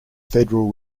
federal